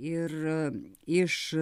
ir iš